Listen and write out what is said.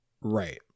Right